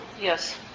Yes